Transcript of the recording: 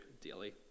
daily